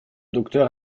docteur